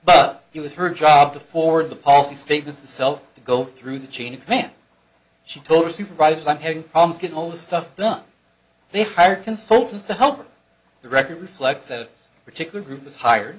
but it was her job to forward the policy statement itself to go through the chain of command she told her supervisor i'm having problems getting all the stuff done they hire consultants to help the record reflects a particular group was hi